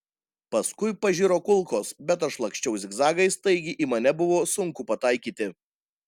paskui pažiro kulkos bet aš laksčiau zigzagais taigi į mane buvo sunku pataikyti